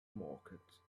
market